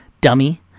dummy